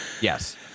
Yes